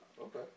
Okay